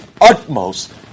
utmost